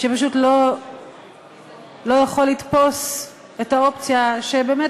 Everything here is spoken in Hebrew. שפשוט לא יכול לתפוס את האופציה שבאמת